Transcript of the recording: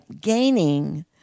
gaining